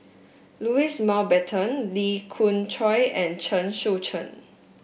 Louis Mountbatten Lee Khoon Choy and Chen Sucheng